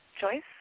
Joyce